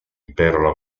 impero